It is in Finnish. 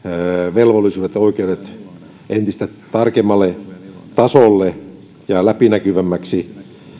velvollisuudet ja oikeudet entistä tarkemmalle tasolle ja läpinäkyvämmiksi